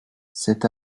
cet